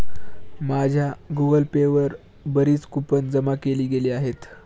माझ्या Google Pay वर बरीच कूपन जमा केली गेली आहेत